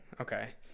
Okay